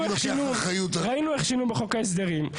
אני לוקח אחריות --- ראינו איך שינו בחוק ההסדרים.